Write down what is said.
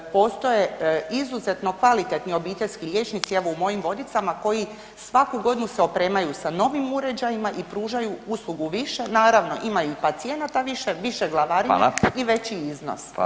Postoje izuzetno kvalitetni obiteljski liječnici, evo u mojim Vodicama koji svaku godinu se opremaju sa novim uređajima i pružaju uslugu više, naravno ima i pacijenata više, više glavarine [[Upadica: Hvala]] i veći iznos koji dobivaju.